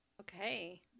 Okay